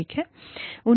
ठीक है